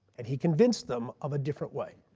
and he convinced them of a different way